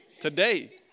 today